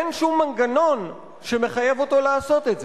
אין שום מנגנון שמחייב אותו לעשות את זה.